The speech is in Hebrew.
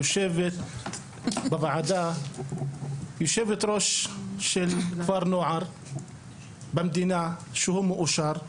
יושבת בוועדה יושבת ראש של כפר נוער במדינה שהוא מאושר,